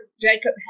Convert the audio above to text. Jacob